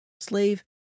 slave